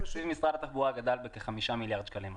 תקציב משרד התחבורה גדל ב-5 מיליארד שקלים השנה.